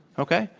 okay?